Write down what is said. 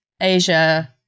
Asia